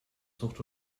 zucht